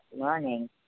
learning